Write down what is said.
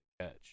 catch